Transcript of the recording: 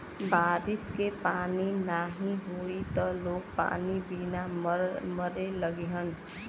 बारिश के पानी नाही होई त लोग पानी बिना मरे लगिहन